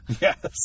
Yes